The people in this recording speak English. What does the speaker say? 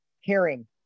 hearing